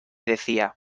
decía